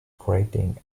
creating